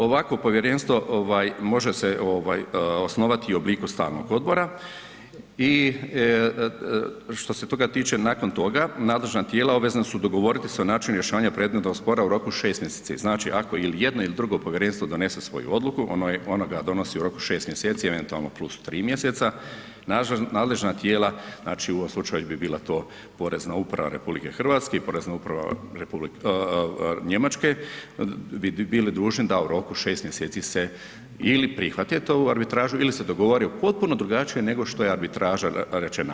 Ovakvo povjerenstvo može se osnovati u obliku stalnog odbora i što se toga tiče, nakon toga nadležna tijela obvezna su dogovoriti svoj način rješavanja predmetnog spora u roku 6 mjeseci, znači, ako ili jedno ili drugo povjerenstvo donese svoju odluku, ono ga donosi u roku 6 mjeseci, eventualno + 3 mjeseca, nadležna tijela, znači, u ovom slučaju bi bila to Porezna uprava RH i Porezna uprava Njemačke bi bili dužni da u roku 6 mjeseci se ili prihvate tu arbitražu ili se dogovore potpuno drugačije nego što je arbitraža rečena.